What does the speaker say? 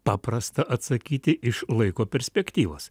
paprasta atsakyti iš laiko perspektyvos